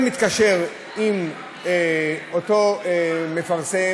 על מפרסם